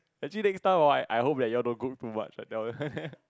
actually next time hor I hope next time you'll dont cook too much I tell her